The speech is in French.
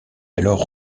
alors